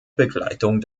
begleitung